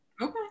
okay